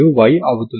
Edt0 అవుతుంది